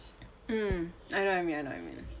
mm I know what you mean I know what you mean